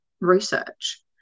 research